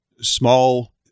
small